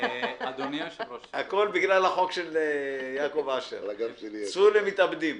הכול בגלל החוק של יעקב אשר, צפו למתאבדים...